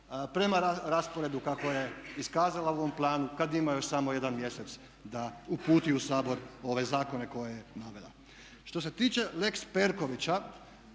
prema rasporedu kako je iskazala u ovom planu kad ima još samo jedan mjesec da uputi u Sabor ove zakone koje je navela. Što se tiče lex Perkovića